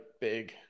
big